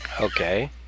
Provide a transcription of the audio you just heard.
Okay